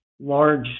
large